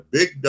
Big